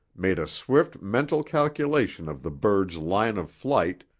made a swift mental calculation of the bird's line of flight,